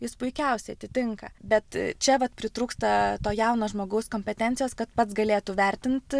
jis puikiausiai atitinka bet čia vat pritrūksta to jauno žmogaus kompetencijos kad pats galėtų vertint